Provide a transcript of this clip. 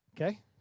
Okay